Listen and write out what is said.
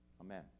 Amen